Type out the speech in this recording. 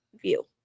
view